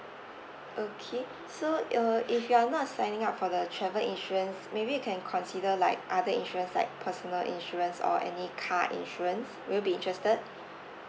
okay so uh if you are not signing up for the travel insurance maybe you can consider like other insurance like personal insurance or any car insurance will you be interested